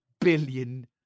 billion